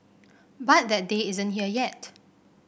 but that day isn't here yet